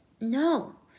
No